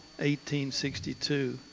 1862